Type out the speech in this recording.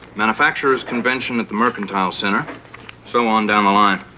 manufacturers convention at the mercantile center so on down the line.